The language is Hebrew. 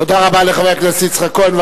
תודה רבה לחבר הכנסת יצחק וקנין.